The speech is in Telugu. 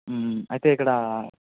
అయితే ఇక్కడ